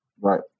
Right